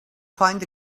find